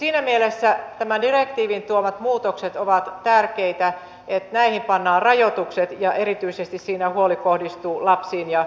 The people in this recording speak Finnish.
siinä mielessä tämän direktiivin tuomat muutokset ovat tärkeitä että näihin pannaan rajoitukset ja erityisesti siinä huoli kohdistuu lapsiin ja nuoriin